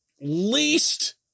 least